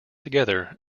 together